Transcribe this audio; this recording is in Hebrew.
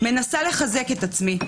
מנסה לחזק את עצמי,